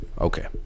Okay